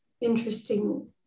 interesting